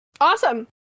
Awesome